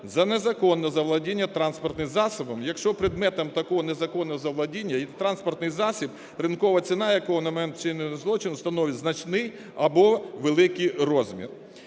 за незаконне заволодіння транспортним засобом, якщо предметом такого незаконного заволодіння є транспортний засіб, ринкова ціна якого на момент вчинення злочину становить значний або великий розмір.